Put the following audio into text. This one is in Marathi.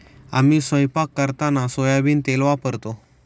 आम्ही स्वयंपाक करताना सोयाबीन तेल वापरतो